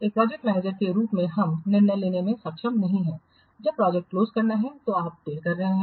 एक project manager के रूप में हम निर्णय लेने में सक्षम नहीं हैं जब प्रोजेक्ट क्लोज करना है तो आप देर कर रहे हैं